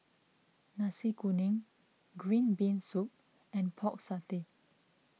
Nasi Kuning Green Bean Soup and Pork Satay